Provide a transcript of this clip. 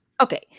Okay